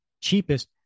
cheapest